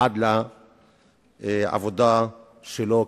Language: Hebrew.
עד לעבודה שלו כרופא.